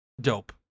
Dope